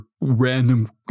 random